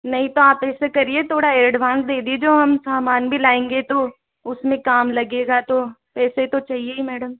नहीं तो आप ऐसा करिए थोड़ा एडवांस दे दीजिए तो हम सामान भी लाएगे तो उसमें काम लगेगा तो पैसे तो चाहिए ही मैडम